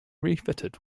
refitted